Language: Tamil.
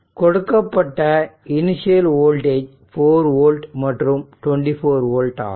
கொடுக்கப்பட்ட இனிஷியல் வோல்டேஜ் 4 வோல்ட் மற்றும் இது 24 வோல்ட் ஆகும்